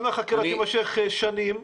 אם החקירה תימשך שנים,